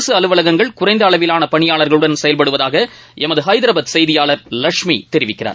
அரசு அலுவலகங்கள் குறைந்த அளவிவான பணியாளர்களுடன் செயல்படுவதாக எமது ஹைதராபாத் செய்தியாளர் லஷ்மி தெரிவிக்கிறார்